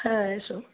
হ্যাঁ এসো